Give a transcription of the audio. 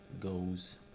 goes